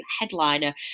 headliner